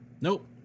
nope